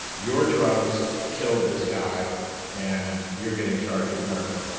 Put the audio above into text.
your drugs killed this guy and you're getting charged with murder